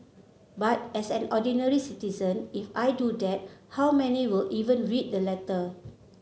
but as an ordinary citizen if I do that how many will even read the letter